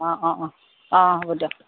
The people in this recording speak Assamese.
অঁ অঁ অঁ অঁ হ'ব দিয়ক